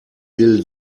will